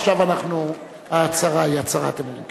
עכשיו אנחנו, ההצהרה היא הצהרת אמונים.